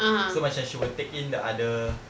so macam she will take in the other